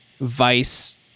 Vice